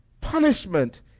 punishment